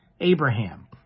Abraham